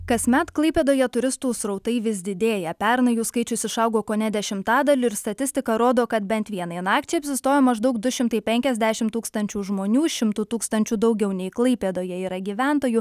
kasmet klaipėdoje turistų srautai vis didėja pernai jų skaičius išaugo kone dešimtadaliu ir statistika rodo kad bent vienai nakčiai apsistojo maždaug du šimtai penkiasdešimt tūkstančių žmonių šimtu tūkstančiu daugiau nei klaipėdoje yra gyventojų